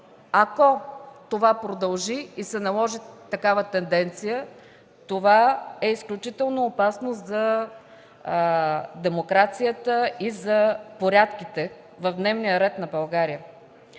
ако това продължи и се наложи такава тенденция, е изключително опасно за демокрацията и за порядките в дневния ред на България.